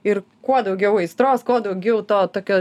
ir kuo daugiau aistros kuo daugiau to tokio